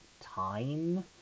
time